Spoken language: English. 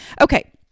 Okay